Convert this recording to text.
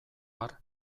har